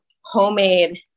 homemade